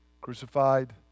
crucified